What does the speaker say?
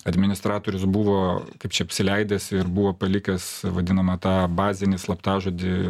administratorius buvo kaip čia apsileidęs ir buvo palikęs vadinamą tą bazinį slaptažodį